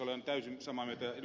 olen täysin samaa mieltä ed